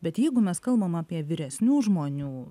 bet jeigu mes kalbam apie vyresnių žmonių